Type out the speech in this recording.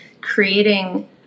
creating